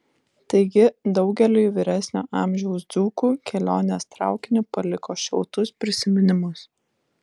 taigi daugeliui vyresnio amžiaus dzūkų kelionės traukiniu paliko šiltus prisiminimus